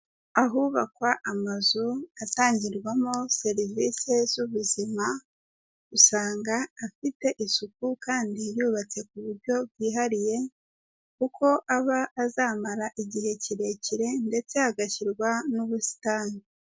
Ahubakwa amazu atangirwamo serivise z'ubuzima, usanga afite isuku kandi yubatse ku buryo bwihariye kuko aba azamara igihe kirekire ndetse hagashyirwa n'ubusitani.